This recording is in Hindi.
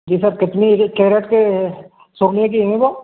जी सर कितनी केरेट के सोने की है वह